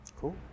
Cool